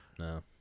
No